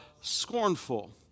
scornful